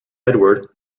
edward